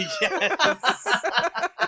Yes